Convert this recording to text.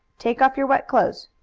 take off your wet clothes.